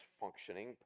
functioning